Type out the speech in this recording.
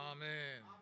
Amen